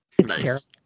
Nice